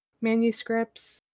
manuscripts